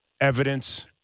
evidence